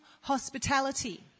hospitality